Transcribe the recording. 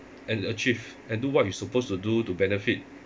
and achieve and do what you supposed to do to benefit